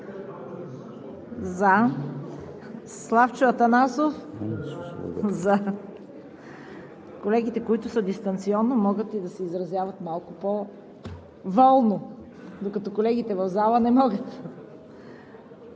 ЦВЕТА КАРАЯНЧЕВА: Колегите, които са дистанционно, могат и да се изразяват малко по-волно, докато колегите в зала не могат.